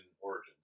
Origins